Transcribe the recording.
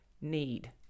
need